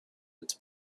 its